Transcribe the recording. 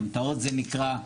ימת"אות זה נקרא.